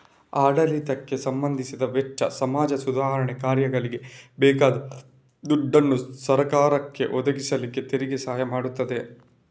ಆಡಳಿತಕ್ಕೆ ಸಂಬಂಧಿಸಿದ ವೆಚ್ಚ, ಸಮಾಜ ಸುಧಾರಣೆ ಕಾರ್ಯಗಳಿಗೆ ಬೇಕಾದ ದುಡ್ಡನ್ನ ಸರಕಾರಕ್ಕೆ ಒದಗಿಸ್ಲಿಕ್ಕೆ ತೆರಿಗೆ ಸಹಾಯ ಮಾಡ್ತದೆ